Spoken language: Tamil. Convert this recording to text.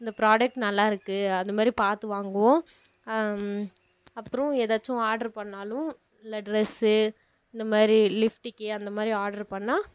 இந்த ப்ரோடக்ட் நல்லாயிருக்கு அந்த மாரி பார்த்து வாங்குவோம் அப்புறம் ஏதாச்சும் ஆர்ட்ரு பண்ணிணாலும் இல்லை டிரெஸ்ஸு இந்த மாரி லிஃப்ட்டிக்கு அந்த மாதிரி ஆர்ட்ரு பண்ணிணா